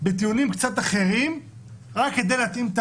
בטיעונים קצת אחרים רק כדי להתאים את